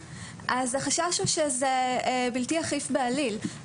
החשש הוא שזה בלתי אכיף בעליל.